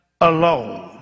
alone